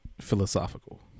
Philosophical